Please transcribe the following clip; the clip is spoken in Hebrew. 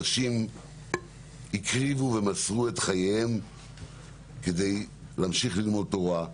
אנשים הקריבו ומסרו את חייהם כדי להמשיך ללמוד תורה,